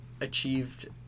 achieved